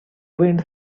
wind